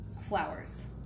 flowers